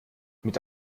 mit